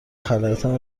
خلاقیتم